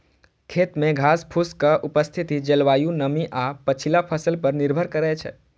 खेत मे घासफूसक उपस्थिति जलवायु, नमी आ पछिला फसल पर निर्भर करै छै